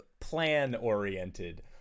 plan-oriented